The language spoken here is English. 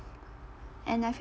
and I feel